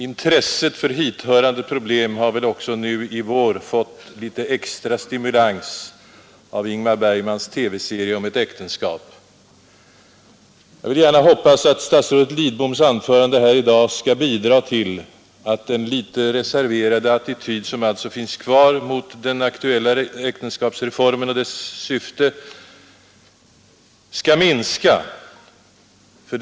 Intre t för hithörande problem har väl också nu i vår fått litet extra stimulans av Ingmar Bergmans TV-serie om ett äktenskap. Jag vill gärna hoppas att statsrådet Lidboms anförande här i dag skall bidra till att den litet reserverade attityd som kan finnas kvar mot den aktuella äktenskapsreformen och dess syfte minskar.